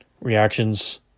reactions